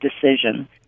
decision